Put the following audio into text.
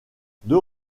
deux